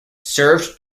served